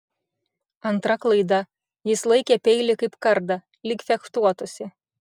antra klaida jis laikė peilį kaip kardą lyg fechtuotųsi